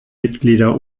mitglieder